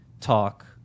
talk